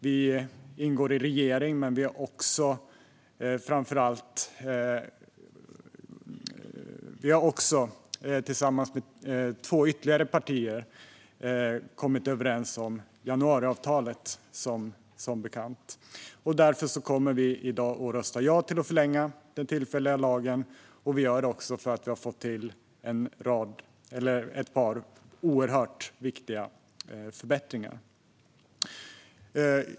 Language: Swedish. Vi ingår i regering, men vi har tillsammans med två ytterligare partier, som bekant, kommit överens om januariavtalet. Därför kommer vi i dag att rösta ja till att förlänga den tillfälliga lagen, och vi gör det också för att vi har fått fram ett par oerhört viktiga förbättringar.